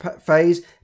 phase